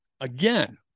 Again